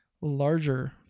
larger